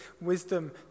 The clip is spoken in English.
wisdom